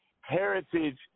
heritage